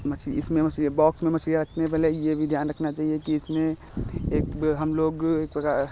मछली इसमें मछलियाँ बॉक्स में मछलियाँ रखने पहले यह भी ध्यान रखना चाहिए कि इसमें एक हम लोग एक प्रकार